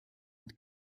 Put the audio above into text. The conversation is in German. mit